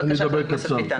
בבקשה ח"כ ביטן.